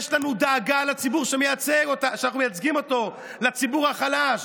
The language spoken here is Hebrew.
יש דאגה לציבור שאנחנו מייצגים אותו, לציבור החלש?